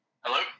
Hello